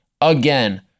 again